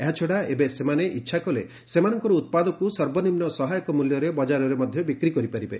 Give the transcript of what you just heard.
ଏହାଛଡା ଏବେ ସେମାନେ ଇଚ୍ଛା କଲେ ସେମାନଙ୍କର ଉତ୍ପାଦକୁ ସର୍ବନିମ୍ନ ସହାୟକ ମୂଲ୍ୟରେ ବଙ୍ଗାରରେ ମଧ୍ୟ ବିକ୍ରି କରିପାରିବେ